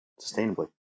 sustainably